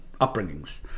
upbringings